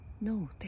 No